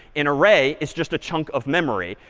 an array is just a chunk of memory.